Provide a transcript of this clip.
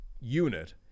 unit